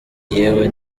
yewe